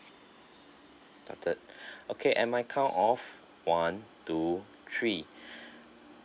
noted okay and my count off one two three